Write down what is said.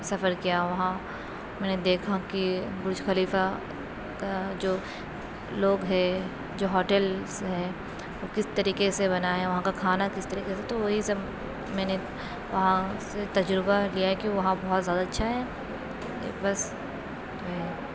سفر کیا وہاں میں نے دیکھا کہ برج خلیفہ کا جو لوگ ہے جو ہوٹلس ہے وہ کس طریقے سے بنا ہے وہاں کا کھانا کس طریقے سے تو وہی سب میں نے وہاں سے تجربہ لیا ہے کہ وہاں بہت زیادہ اچھا ہے بس جو ہے